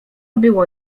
było